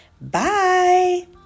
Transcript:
Bye